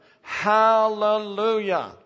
Hallelujah